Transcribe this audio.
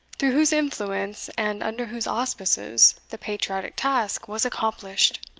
through whose influence, and under whose auspices, the patriotic task was accomplished!